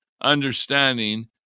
understanding